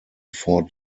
four